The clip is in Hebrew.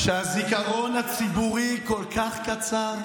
אתם באמת חושבים שהזיכרון הציבורי כל כך קצר?